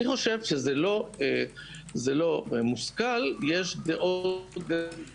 אני חושב שזה לא מושכל --- (בעיות בשידור